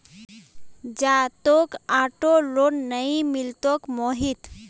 जा, तोक auto loan नइ मिलतोक मोहित